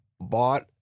bought